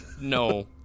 no